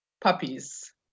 puppies